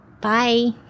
Bye